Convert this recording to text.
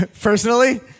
personally